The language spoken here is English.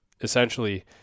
essentially